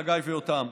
חגי ויותם.